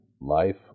life